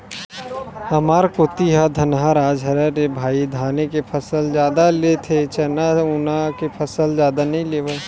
हमर कोती ह धनहा राज हरय रे भई धाने के फसल जादा लेथे चना उना के फसल जादा नइ लेवय